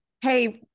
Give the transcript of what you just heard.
hey